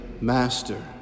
Master